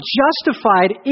justified